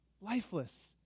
Lifeless